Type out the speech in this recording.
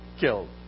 killed